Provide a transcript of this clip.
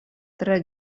tre